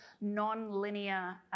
non-linear